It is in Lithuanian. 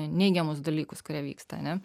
neigiamus dalykus kurie vyksta ane